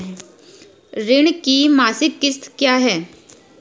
ऋण की मासिक किश्त क्या होगी?